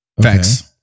Facts